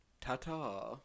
Ta-ta